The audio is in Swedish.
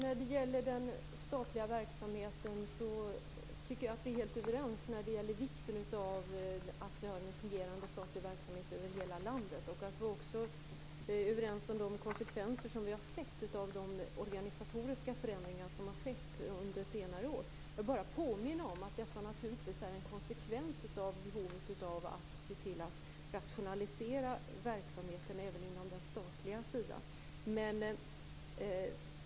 Fru talman! Vi är helt överens när det gäller vikten av att vi har en fungerande statlig verksamhet över hela landet. Vi är också överens om de konsekvenser som vi har sett av de organisatoriska förändringar som har skett under senare år. Jag vill bara påminna om att dessa naturligtvis är en konsekvens av behovet av att rationalisera verksamheten även på den statliga sidan.